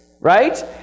Right